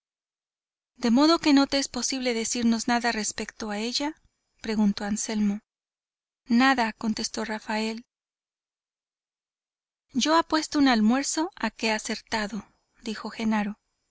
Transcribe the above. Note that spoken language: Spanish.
de modo que no te es posible decirnos nada respecto a ella preguntó anselmo nada contestó rafael yo apuesto un almuerzo a que he acertado dijo genaro